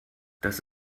das